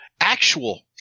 actual